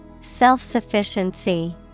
Self-sufficiency